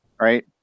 right